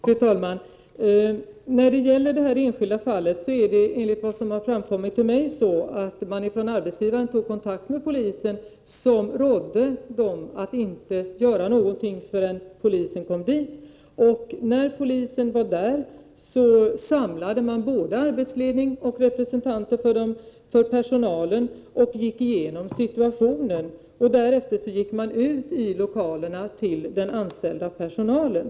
Fru talman! När det gäller det här enskilda fallet var det enligt vad som framkommit till mig så, att man från arbetsgivarsidan tog kontakt med polisen, som gav rådet att man inte skulle göra någonting förrän polisen kom 27 dit. När polisen var på plats samlade man både arbetsledning och representanter för personalen och gick igenom situationen. Därefter gick man ut i lokalerna till den anställda personalen.